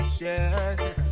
Yes